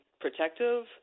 protective